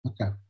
Okay